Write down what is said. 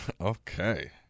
Okay